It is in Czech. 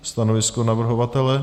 Stanovisko navrhovatele?